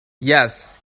yes